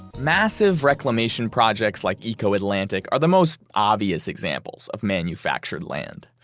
massive reclamation projects like eko atlantic are the most obvious examples of manufactured land.